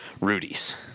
Rudy's